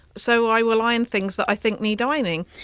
so i will iron things that i think need ironing.